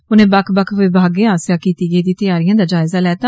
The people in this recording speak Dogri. उनें बक्ख बक्ख विभागें आस्सेया कीत्ती गेदी तयारियें दा जायजा लैत्ता